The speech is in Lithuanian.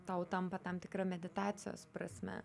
tau tampa tam tikra meditacijos prasme